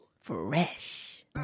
Fresh